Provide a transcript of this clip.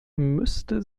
müsste